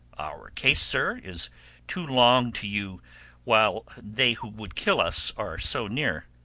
our case, sir, is too long to you while they who would kill us are so near.